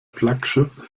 flaggschiff